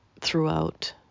throughout